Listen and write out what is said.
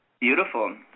Beautiful